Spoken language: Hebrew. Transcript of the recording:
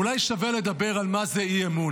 אולי שווה לדבר על מה זה אי-אמון.